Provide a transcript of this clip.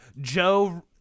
Joe